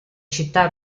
città